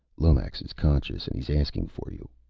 lomax is conscious, and he's asking for you,